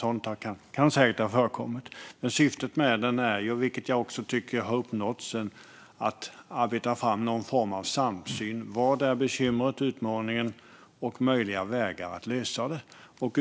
Sådant kan säkert ha förekommit, men syftet är ju - vilket jag också tycker har uppnåtts här - att arbeta fram någon form av samsyn om vad bekymret och utmaningen är och möjliga vägar till en lösning.